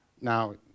now